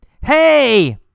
Hey